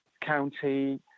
county